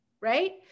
right